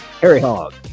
HarryHog